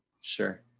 Sure